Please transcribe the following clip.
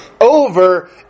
over